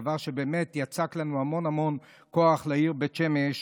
דבר שבאמת יצק לנו המון המון כוח לעיר בית שמש.